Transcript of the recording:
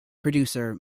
producer